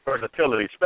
versatility